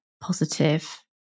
positive